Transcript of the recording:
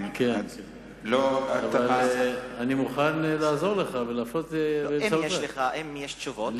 אני מוכן לעזור לך, אם יש לך תשובות.